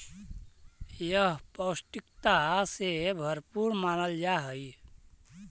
यह पौष्टिकता से भरपूर मानल जा हई